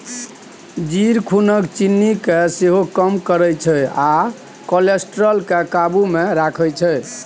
जीर खुनक चिन्नी केँ सेहो कम करय छै आ कोलेस्ट्रॉल केँ काबु मे राखै छै